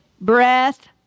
breath